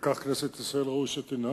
וכך כנסת ישראל ראוי שתנהג,